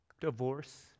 Divorce